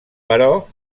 però